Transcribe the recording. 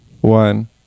one